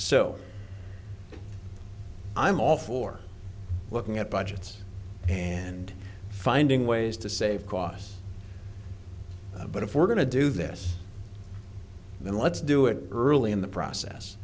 so i'm all for looking at budgets and finding ways to save costs but if we're going to do this then let's do it early in the process